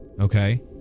okay